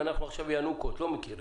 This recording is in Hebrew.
אנחנו עכשיו ינוקות, לא מכירים.